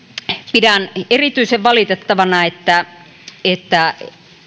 pidän erityisen valitettavana että että